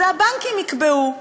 את זה הבנקים יקבעו.